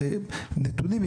נתונים,